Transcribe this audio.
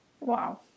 Wow